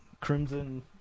Crimson